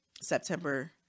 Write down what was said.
September